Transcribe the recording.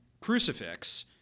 crucifix